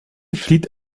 flieht